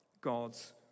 God's